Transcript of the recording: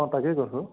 অঁ তাকেই কৈছোঁ